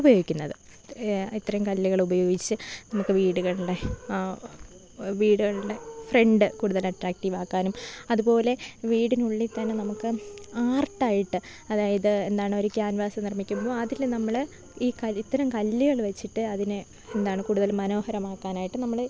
ഉപയോഗിക്കുന്നത് ഇത്തരം കല്ലുകൾ ഉപയോഗിച്ച് നമുക്ക് വീടുകളുടെ വീടുകളുടെ ഫ്രണ്ട് കൂടുതൽ അട്രാക്ടീവ് ആക്കാനും അതുപോലെ വീടിനുള്ളിൽ തന്നെ നമുക്ക് ആർട്ടായിട്ട് അതായത് എന്താണ് ഒരു ക്യാൻവാസ് നിർമിക്കുമ്പോൾ അതില് നമ്മള് ഈ കൽ ഇത്തരം കല്ല്കള് വെച്ചിട്ട് അതിനെ എന്താണ് കൂടുതല് മനോഹരമാക്കാനായിട്ട് നമ്മള്